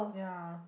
yeah